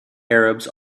arabs